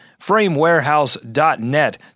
framewarehouse.net